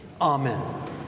Amen